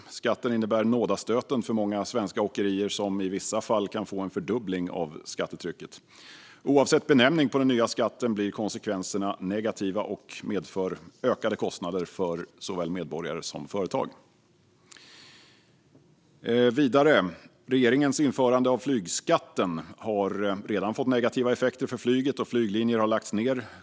Skatten innebär nådastöten för många svenska åkerier som i vissa fall kan få en fördubbling av skattetrycket. Oavsett benämning på den nya skatten blir konsekvenserna negativa och medför ökade kostnader för såväl medborgare som företag. Vidare har regeringens införande av flygskatten redan fått negativa effekter för flyget, och flyglinjer har lagts ned.